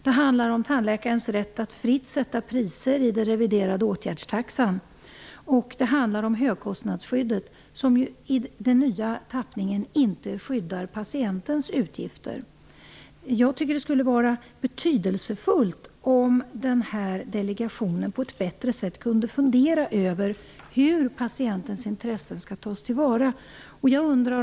Det handlar också om tandläkarens rätt att fritt sätta priser inom den reviderade åtgärdstaxan. Vidare handlar det om högkostnadsskyddet, som i den nya tappningen inte skyddar patientens utgifter. Jag tycker att det skulle vara betydelsefullt om den här delegationen på ett bättre sätt kunde fundera över hur patientens intressen skall tas till vara.